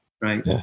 right